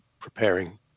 preparing